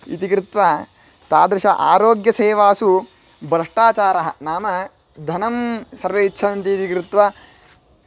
इति कृत्वा तादृश आरोग्यसेवासु भ्रष्टाचारः नाम धनं सर्वे इच्छन्ति इति कृत्वा